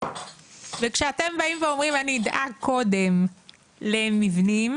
כשאתם באים ואומרים שתדאגו קודם למבנים